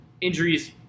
injuries